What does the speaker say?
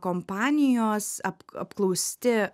kompanijos apk apklausti